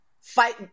fight